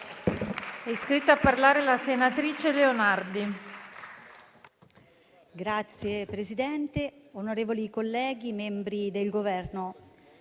È iscritta a parlare la senatrice Licheri